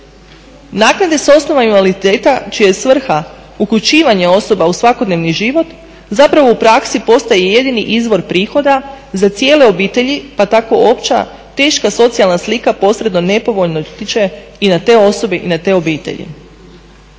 Naknade s osnova invaliditeta čija je svrha uključivanje osoba u svakodnevni život zapravo u praksi postaje jedini izvor prihoda za cijele obitelji pa tako opća, teška socijalna slika posredno nepovoljno utječe i na te osobe i na te obitelji.